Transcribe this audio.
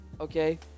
Okay